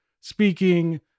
speaking